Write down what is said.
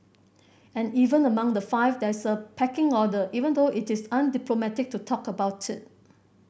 and even among the five there is a pecking order even though it is undiplomatic to talk about it